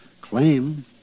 claim